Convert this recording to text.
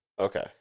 Okay